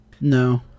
No